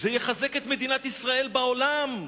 זה יחזק את מדינת ישראל בעולם,